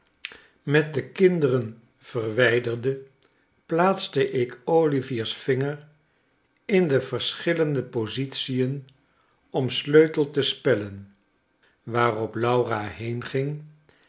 met de kinderen verwyderde plaatste ik olivier's vingers in de verschillende positien om sleutel te spellen waarop laura heenging